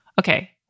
okay